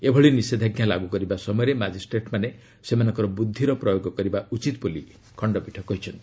ଏଭଳି ନିଷେଧାଜ୍ଞା ଲାଗୁ କରିବା ସମୟରେ ମାଜିଷ୍ଟ୍ରେଟ୍ମାନେ ସେମାନଙ୍କର ବୁଦ୍ଧିର ପ୍ରୟୋଗ କରିବା ଉଚିତ ବୋଲି ଖକ୍ତପୀଠ କହିଛନ୍ତି